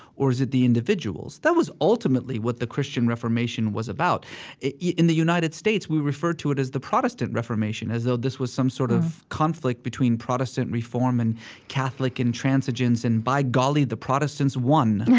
or is it the individuals? that was ultimately what the christian reformation was about yeah in the united states, we refer to it as the protestant reformation, as though this was some sort of conflict between protestant reform and catholic intransigence, and by golly, the protestants won. yeah